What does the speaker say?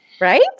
right